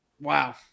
Wow